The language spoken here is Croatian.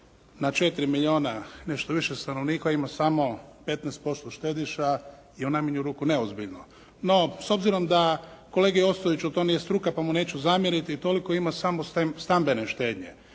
na 4 milijuna i nešto više stanovnika ima samo 15% štediša je u najmanju ruku neozbiljno. No s obzirom da kolegi Ostojiću to nije struka pa mu neću zamjeriti, toliko ima samo stambene štednje.